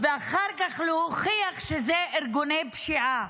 ואחר כך להוכיח שאלה ארגוני פשיעה,